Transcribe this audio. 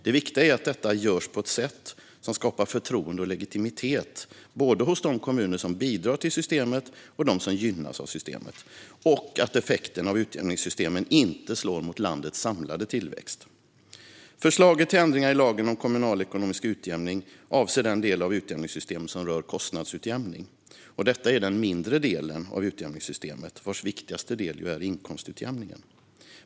Det viktiga är att detta görs på ett sätt som skapar förtroende och legitimitet både hos de kommuner som bidrar till utjämningssystemet och hos dem som gynnas av detta, liksom att effekterna av utjämningssystemen inte slår mot landets samlade tillväxt. Förslaget till ändringar i lagen om kommunalekonomisk utjämning avser den del av utjämningssystemet som rör kostnadsutjämning. Detta är den mindre delen av utjämningssystemet, vars viktigaste del ju är inkomstutjämningen.